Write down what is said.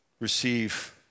receive